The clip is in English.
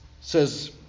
says